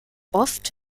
oft